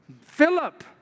Philip